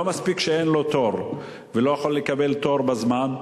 לא מספיק שאין לו תור והוא לא יכול לקבל תור בזמן,